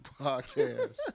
podcast